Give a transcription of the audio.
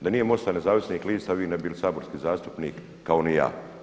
Da nije MOST-a Nezavisnih lista vi ne biste bili saborski zastupnik kao ni ja.